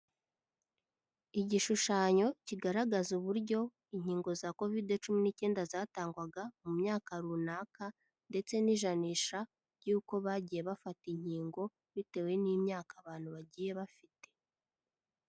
Igishushanyo kigaragaza uburyo inkingo za Kovide cumi n'icyenda zatangwaga mu myaka runaka ndetse n'ijanisha ry'uko bagiye bafata inkingo bitewe n'imyaka abantu bagiye bafite.